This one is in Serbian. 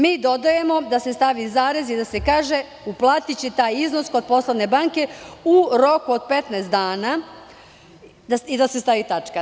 Mi dodajemo da se stavi zarez i da se kaže: "uplatiće taj iznos kod poslovne banke u roku od 15 dana" i da se stavi tačka.